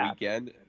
weekend